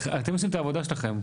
אתם עושים את העבודה שלכם,